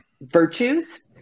virtues